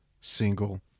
single